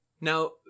Now